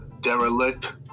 Derelict